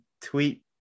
tweet